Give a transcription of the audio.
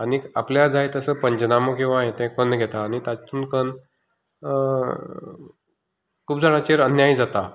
आनी आपल्याक जाय तसो पंचनामा किंवा हें तें करून घेता आनी तातूंत करून खूब जाणांचेर अन्याय जाता